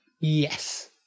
Yes